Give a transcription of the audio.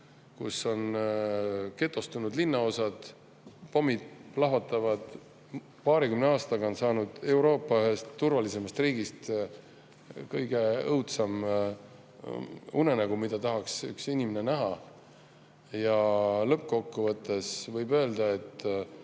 Rootsi: getostunud linnaosad, pommid plahvatavad. Paarikümne aastaga on saanud Euroopa ühest turvalisemast riigist kõige õudsem unenägu, mida ei tahaks ükski inimene näha. Lõppkokkuvõttes võib öelda, et